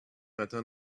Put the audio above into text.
matin